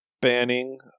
banning